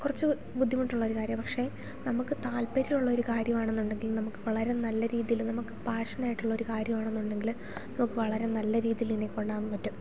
കുറച്ചു ബുദ്ധിമുട്ടുള്ള ഒരു കാര്യമാണ് പക്ഷെ നമുക്ക് താല്പര്യമുള്ള ഒരു കാര്യമാണെന്നുണ്ടെങ്കിൽ നമുക്ക് വളരെ നല്ല രീതിയിൽ നമുക്ക് പാഷൻ ആയിട്ടുള്ളൊരു കാര്യമാണെന്നുണ്ടെങ്കിൽ നമുക്ക് വളരെ നല്ല രീതിയിൽ ഇതിനെ കൊണ്ടു പോകാൻ പറ്റും